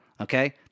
Okay